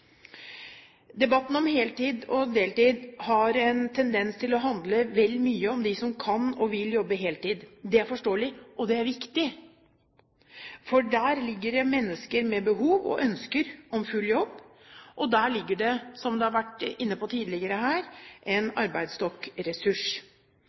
Debatten om heltid og deltid har en tendens til å handle vel mye om dem som kan og vil jobbe heltid. Det er forståelig, og det er viktig, for der ligger det mennesker med behov og ønsker om full jobb, og der ligger det, som en har vært inne på tidligere her,